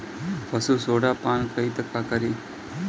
पशु सोडा पान करी त का करी?